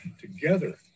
together